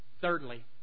Thirdly